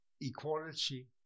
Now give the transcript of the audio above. equality